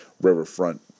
Riverfront